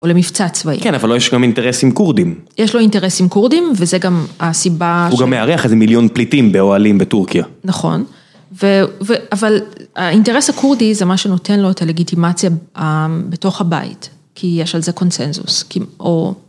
או למבצע צבאי. כן אבל לא יש גם אינטרסים קורדים. יש לו אינטרסים קורדים וזה גם הסיבה. הוא גם מארח איזה מיליון פליטים באוהלים בטורקיה. נכון, אבל האינטרס הקורדי זה מה שנותן לו את הלגיטימציה בתוך הבית. כי יש על זה קונצנזוס.